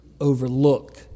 overlook